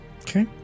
Okay